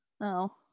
no